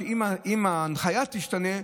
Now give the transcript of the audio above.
אם ההנחיה תשתנה,